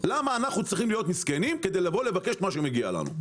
למה אנחנו צריכים להיות מסכנים כדי לבוא לבקש את מה שמגיע לנו,